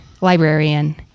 librarian